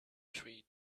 tree